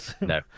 No